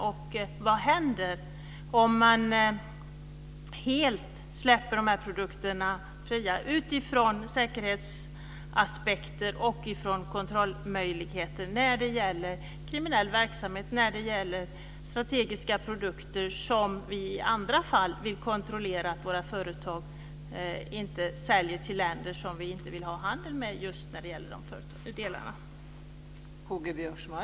Och vad händer om man helt släpper de här produkterna fria - utifrån detta med säkerhetsaspekter och kontrollmöjligheter? Det gäller ju kriminell verksamhet och strategiska produkter. I andra fall vill vi kontrollera att våra företag inte säljer till sådana länder som vi inte vill ha handel med i fråga om just dessa delar.